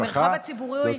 המרחב הציבורי הוא,